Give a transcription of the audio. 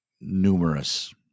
numerous